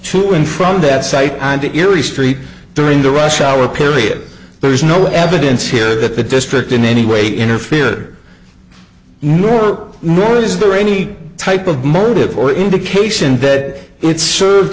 to and from that site and it usually street during the rush hour period there is no evidence here that the district in any way interfered more more is there any type of motive or indication that it's